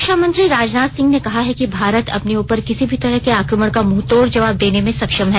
रक्षामंत्री राजनाथ सिंह ने कहा है कि भारत अपने ऊपर किसी भी तरह के आक्रमण का मुंहतोड़ जवाब देने में सक्षम है